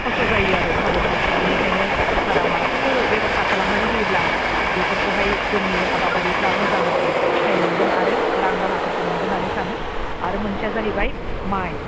खस्त' जायो आरो अखा बोथोराव बेनिखायनो सोरखारा माबाफोर बेबस्था खालामनानै होयोब्ला बेफोरखौहाय जोंनि आबादारिफोरा मोजां फिथाइ मोनगोन आरो रां राहाफोरखौ मोनगोन होननानै सानो आरो मोनसेया जाहैबाय माइ